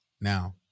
Now